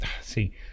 see